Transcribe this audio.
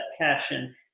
passion